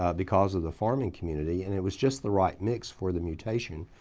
ah because of the farming community and it was just the right mix for the mutation,